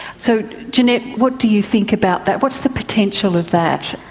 so jeanette, what do you think about that? what is the potential of that?